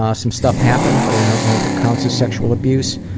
ah some stuff happened, but i don't know if it counts as sexual abuse.